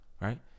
right